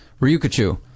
Ryukachu